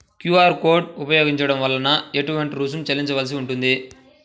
QR code ఉపయోగించటం వలన ఏటువంటి రుసుం చెల్లించవలసి ఉంటుంది?